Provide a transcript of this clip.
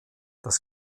das